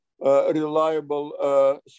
reliable